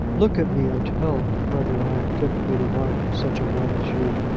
look at me, and tell me whether i am fit to be the wife of such a one as you.